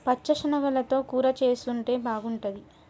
పచ్చ శనగలతో కూర చేసుంటే బాగుంటది